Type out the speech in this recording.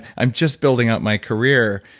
i'm just building up my career.